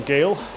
Gale